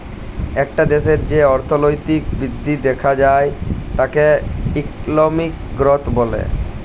একটা দ্যাশের যে অর্থলৈতিক বৃদ্ধি দ্যাখা যায় তাকে ইকলমিক গ্রথ ব্যলে